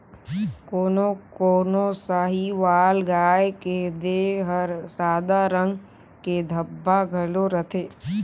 कोनो कोनो साहीवाल गाय के देह हर सादा रंग के धब्बा घलो रहथे